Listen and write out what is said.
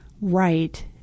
right